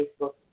Facebook